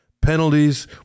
penalties